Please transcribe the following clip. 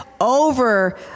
over